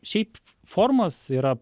šiaip formos yra